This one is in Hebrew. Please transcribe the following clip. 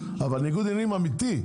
אבל ניגוד עניינים אמיתי,